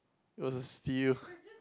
it was a steal